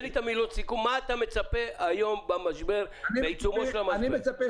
מה אתה מצפה היום בעיצומו של המשבר?